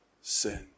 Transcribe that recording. sin